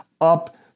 up